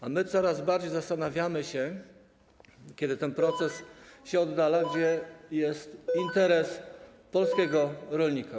A my coraz bardziej zastanawiamy się, kiedy ten proces się oddala, gdzie jest interes polskiego rolnika.